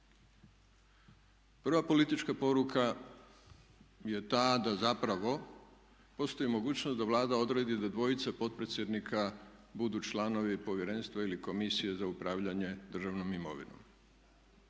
Prva politička poruka je ta da zapravo postoji mogućnost da Vlada odredi da dvojica potpredsjednika budu članovi Povjerenstva ili Komisije za upravljanje državnom imovinom.